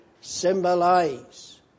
symbolize